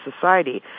society